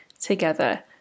together